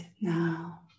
now